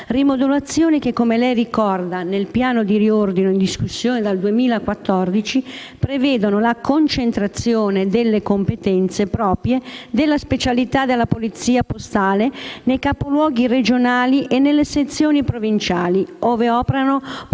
rimodulazioni, previste nel piano di riordino in discussione dal 2014, prevedono la concentrazione delle competenze proprie della specialità della Polizia postale nei capoluoghi regionali e nelle sezioni provinciali ove operano procure